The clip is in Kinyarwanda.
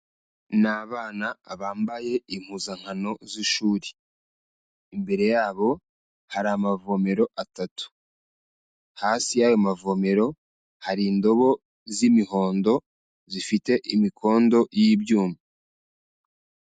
Ni abana bambaye impuzankano z'ishuri. Imbere yabo hari amavomero atatu. Hasi y'ayo mavomero hari indobo z'imihondo zifite imikondo y'ibyuma.